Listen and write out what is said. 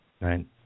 Right